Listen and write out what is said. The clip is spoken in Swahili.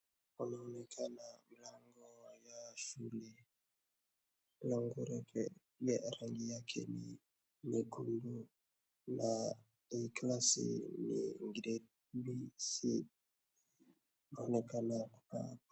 Inaonekana mlango ya shule, mlango reke ya rangi yake ni nyekundu na hii class ni gredi si inaonekana na.